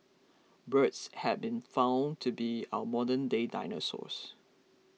birds have been found to be our modernday dinosaurs